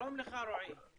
שלום לך, רועי.